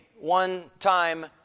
one-time